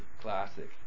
classic